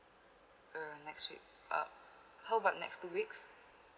uh next week uh how about next two weeks